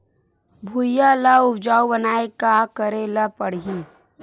भुइयां ल उपजाऊ बनाये का करे ल पड़ही?